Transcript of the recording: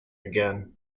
again